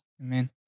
amen